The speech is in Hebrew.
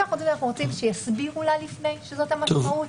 אנחנו רוצים שיסבירו לה לפני כן שזאת המשמעות.